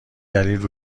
دلیل